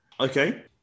Okay